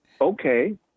okay